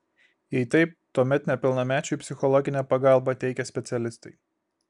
jei taip tuomet nepilnamečiui psichologinę pagalbą teikia specialistai